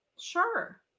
Sure